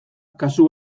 kasu